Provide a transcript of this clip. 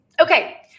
okay